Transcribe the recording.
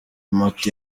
moto